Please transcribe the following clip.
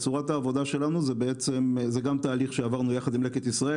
צורת העבודה שלנו זה גם תהליך שעברנו יחד עם לקט ישראל